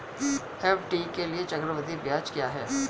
FD के लिए चक्रवृद्धि ब्याज क्या है?